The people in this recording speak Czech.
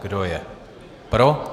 Kdo je pro?